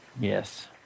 Yes